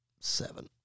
seven